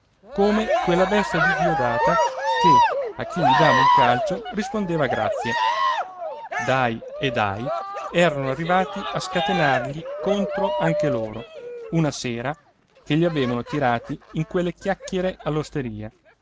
come quella bestia di diodata che a chi gli dava un calcio rispondeva grazie dài e dài erano arrivati a scatenargli contro anche loro una sera che li avevano tirati in quelle chiacchiere